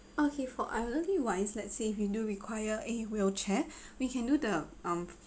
okay for elderly wise let's say if you do require a wheelchair we can do the um